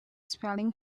spelling